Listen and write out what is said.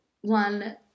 one